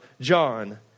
John